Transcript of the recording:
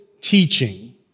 teaching